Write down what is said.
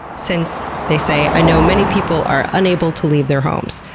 since, they say i know many people are unable to leave their homes.